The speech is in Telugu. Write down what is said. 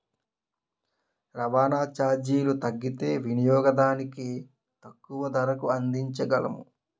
రవాణా చార్జీలు తగ్గితే వినియోగదానికి తక్కువ ధరకు అందించగలము